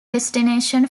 destination